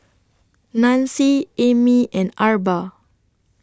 Nanci Amy and Arba